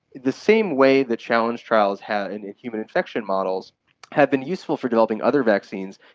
the same way the challenge trials have in human infection models have been useful for developing other vaccines,